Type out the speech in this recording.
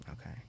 Okay